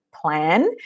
plan